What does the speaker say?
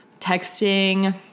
texting